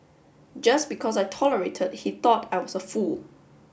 just because I tolerated he thought I was a fool